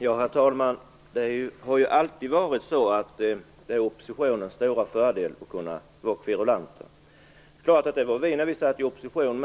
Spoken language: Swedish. Herr talman! Det har alltid varit oppositionens stora fördel att kunna vara kverulanter. Det var också vi när vi satt i opposition.